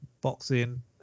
boxing